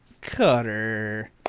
Cutter